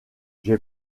j’ai